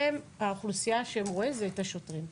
האוכלוסייה רואה אתכם את השוטרים.